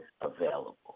available